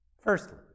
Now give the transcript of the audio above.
Firstly